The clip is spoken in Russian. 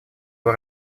его